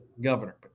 governor